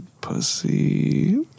Pussy